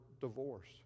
divorce